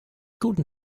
guten